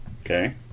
Okay